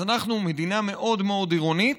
אז אנחנו מדינה מאוד מאוד עירונית,